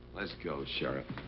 let's go, sheriff.